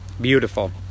Beautiful